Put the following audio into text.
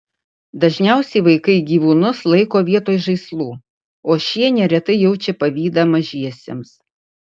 dažniausiai vaikai gyvūnus laiko vietoj žaislų o šie neretai jaučia pavydą mažiesiems